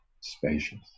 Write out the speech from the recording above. spacious